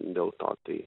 dėl to tai